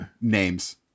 names